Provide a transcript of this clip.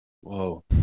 Whoa